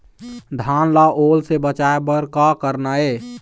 धान ला ओल से बचाए बर का करना ये?